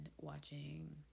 watching